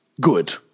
good